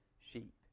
sheep